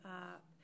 up